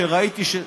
שראיתי,